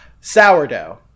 sourdough